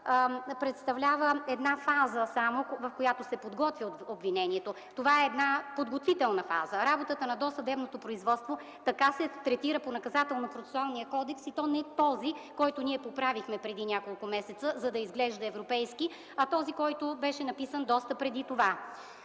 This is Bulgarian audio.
представлява само една фаза, в която се подготвят обвиненията. Това е подготвителна фаза. Работата на досъдебното производство се третира така по Наказателно-процесуалния кодекс, и то не този, който ние поправихме преди няколко месеца, за да изглежда европейски, а този, който беше написан доста преди това.